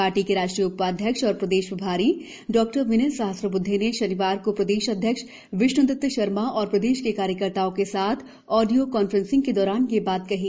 party के राष्ट्रीय उपाध्यक्ष व प्रदेश प्रभारी डॉ विनय सहस्त्रब्द्वे ने शनिवार को प्रदेश अध्यक्ष विष्ण्दत्त शर्मा एवं प्रदेश के कार्यकर्ताओं के साथ ऑडियो कांफ्रेंसिंग के दौरान यह बात कही